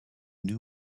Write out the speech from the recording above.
new